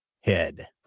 head